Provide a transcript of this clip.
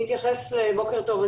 בוקר טוב.